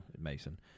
Mason